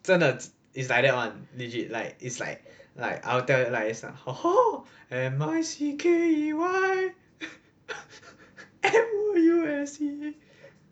真的 is like that one legit like is like like I'll tell like is like and then mickey